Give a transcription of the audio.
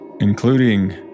Including